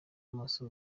maso